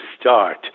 start